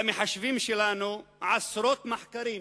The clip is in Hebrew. למחשבים שלנו, עשרות מחקרים